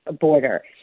border